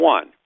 One